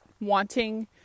wanting